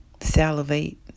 salivate